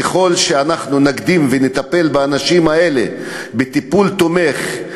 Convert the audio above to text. ככל שנקדים ונטפל באנשים האלה בטיפול תומך,